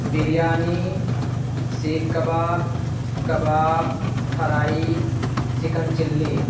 biryani seekh kebab kebab fry chicken chilli